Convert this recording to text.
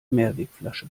mehrwegflasche